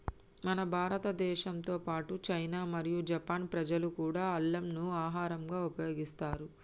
మన భారతదేశంతో పాటు చైనా మరియు జపాన్ ప్రజలు కూడా అల్లంను ఆహరంగా ఉపయోగిస్తారు